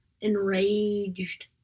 enraged